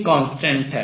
एक constant अचर है